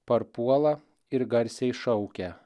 parpuola ir garsiai šaukia